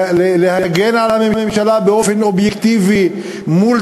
להגן על הממשלה באופן אובייקטיבי מול